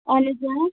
اہن حظ